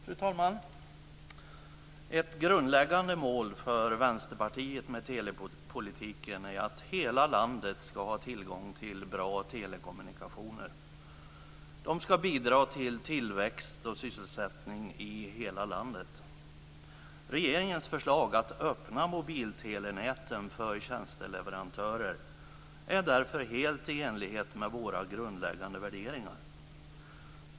Fru talman! Ett grundläggande mål för Vänsterpartiet med telepolitiken är att hela landet ska ha tillgång till bra telekommunikationer. De ska bidra till tillväxt och sysselsättning i hela landet. Regeringens förslag att öppna mobiltelenäten för tjänsteleverantörer är därför helt i enlighet med våra grundläggande värderingar.